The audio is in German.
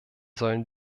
sollen